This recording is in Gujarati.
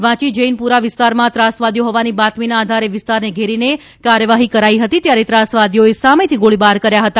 વાચી જૈનપુરા વિસ્તારમાં ત્રાસવાદીઓ હોવાની બાતમીના આધારે વિસ્તારને ઘેરીને કાર્યવાહી કરાઇ હતી ત્યારે ત્રાસવાદીઓએ સામેથી ગોળીબાર કર્યા હતા